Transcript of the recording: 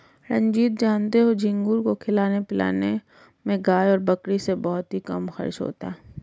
रंजीत जानते हो झींगुर को खिलाने पिलाने में गाय और बकरी से बहुत ही कम खर्च होता है